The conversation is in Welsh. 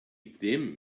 ddim